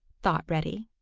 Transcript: thought reddy.